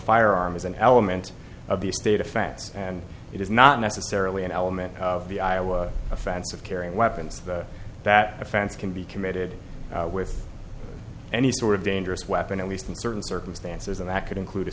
firearm is an element of the state offense and it is not necessarily an element of the iowa offense of carrying weapons that offense can be committed with any sort of dangerous weapon at least in certain circumstances and that could include a